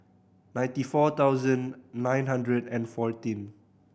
ninety four thousand nine hundred and fourteen